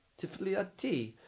Tifliati